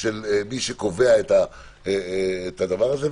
של מי שקובע את הדבר הזה,